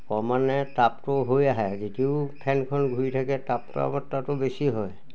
মানে তাপটো হৈ আহে যদিও ফেনখন ঘূৰি থাকে তাপটোৰ মাত্ৰাটো বেছি হয়